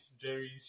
Jerry's